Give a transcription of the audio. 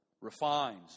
Refines